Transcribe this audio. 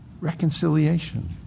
reconciliation